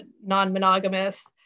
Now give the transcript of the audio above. non-monogamous